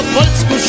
Polish